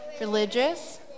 Religious